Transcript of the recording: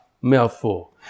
Mouthful